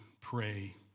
pray